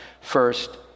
first